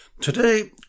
Today